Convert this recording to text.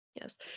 Yes